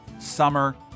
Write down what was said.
summer